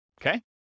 okay